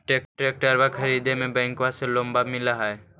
ट्रैक्टरबा खरीदे मे बैंकबा से लोंबा मिल है?